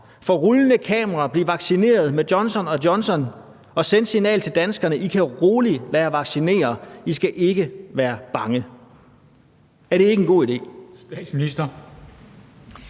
for rullende kameraer blive vaccineret med Johnson & Johnson og sende det signal til danskerne, at de roligt kan lade sig vaccinere, og at de ikke skal være bange. Er det ikke en god idé?